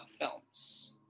films